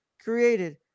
created